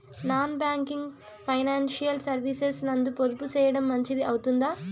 Non banking financial services నందు పొదుపు సేయడం మంచిది అవుతుందా?